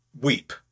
weep